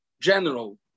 general